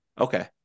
Okay